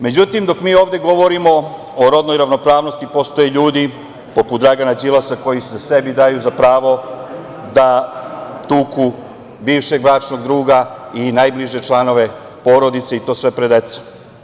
Međutim, dok mi ovde govorimo o rodnoj ravnopravnosti postoje ljudi poput Dragana Đilasa koji sebi daju pravo da tuku bivšeg bračnog druga i najbliže članove porodice i to sve pred decom.